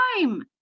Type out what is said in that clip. time